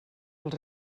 els